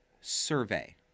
survey